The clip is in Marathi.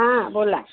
हां बोला